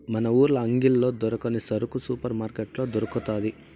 మన ఊర్ల అంగిల్లో దొరకని సరుకు సూపర్ మార్కట్లో దొరకతాది